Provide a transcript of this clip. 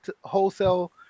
wholesale